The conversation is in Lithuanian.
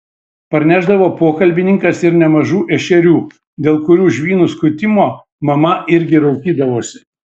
parnešdavo pokalbininkas ir nemažų ešerių dėl kurių žvynų skutimo mama irgi raukydavosi